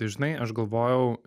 tai žinai aš galvojau